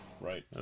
Right